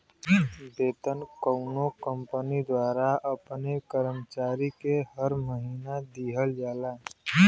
वेतन कउनो कंपनी द्वारा अपने कर्मचारी के हर महीना दिहल जाला